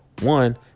one